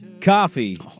coffee